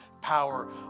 power